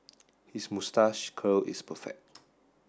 his moustache curl is perfect